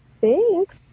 Thanks